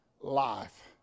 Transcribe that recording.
life